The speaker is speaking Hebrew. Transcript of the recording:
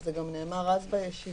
זה גם נאמר אז בישיבה